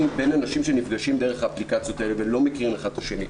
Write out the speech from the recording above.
בין אנשים שנפגשים דרך האפליקציות האלה ולא מכירים אחד את השני.